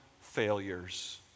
failures